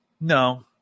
No